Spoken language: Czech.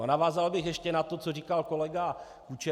A navázal bych ještě na to, co říkal kolega Kučera.